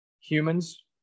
Humans